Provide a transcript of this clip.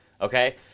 okay